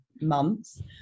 months